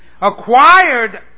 acquired